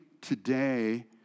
today